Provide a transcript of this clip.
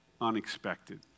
unexpected